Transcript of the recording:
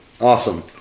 awesome